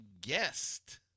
guest